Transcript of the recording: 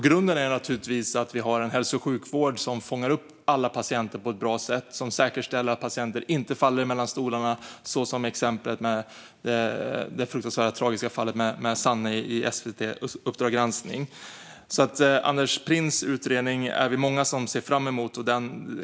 Grunden är att vi ska ha en bra hälso och sjukvård som fångar upp alla patienter på ett bra sätt och som säkerställer att patienter inte faller mellan stolarna, som i det fruktansvärt tragiska fallet med Sanne i SVT:s Uppdrag grans k ning . Vi är många som ser fram emot Anders Printzs utredning.